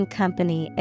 company